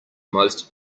most